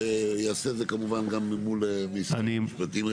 והוא יעשה את זה כמובן גם מול משרד המשפטים,